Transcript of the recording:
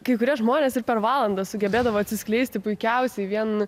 kai kurie žmonės ir per valandą sugebėdavo atsiskleisti puikiausiai vien